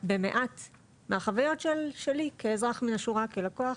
במעט מהחוויות שלי כאזרח מן השורה, כלקוח